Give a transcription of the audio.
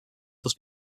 thus